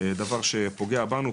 דבר שפוגע בנו,